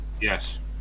yes